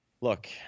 look